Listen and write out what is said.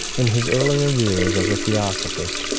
in his earlier years as a theosophist,